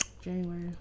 January